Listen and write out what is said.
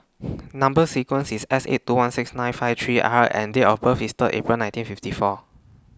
Number sequence IS S eight two one six nine five three R and Date of birth IS Third April nineteen fifty four